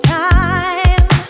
time